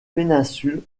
péninsule